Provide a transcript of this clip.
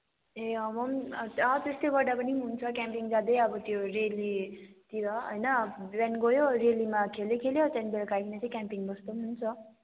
ए अँ म पनि अँ त्यस्तै गर्दा पनि हुन्छ क्याम्पिङ जाँदै अब त्यो रेलीतिर होइन बिहान गयो रेलीमा खेल्यो खेल्यो त्यहाँदेखि बेल्का चाहिँ क्याम्पिङ बस्दा पनि हुन्छ